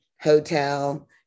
hotel